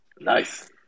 Nice